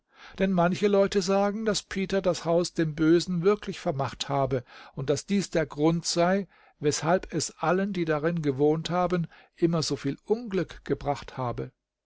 denn manche leute sagen daß peter das haus dem bösen wirklich vermacht habe und das dies der grund sei weshalb es allen die darin gewohnt haben immer so viel unglück gebracht habe